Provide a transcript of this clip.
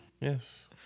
Yes